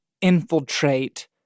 infiltrate